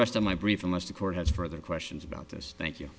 rest on my brief unless the court has further questions about this thank you